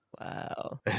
Wow